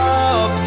up